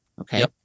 okay